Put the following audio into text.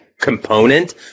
component